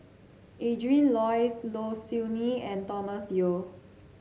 Adrin Loi Low Siew Nghee and Thomas Yeo